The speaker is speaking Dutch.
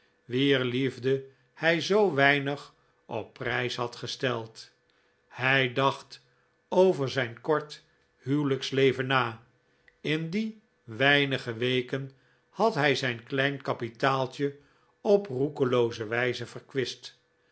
wier liefde hij zoo weinig op prijs had gesteld hij dacht over zijn kort huwelijksleven na in die weinige weken had hij zijn klein kapitaaltje op roekelooze wijze verkwist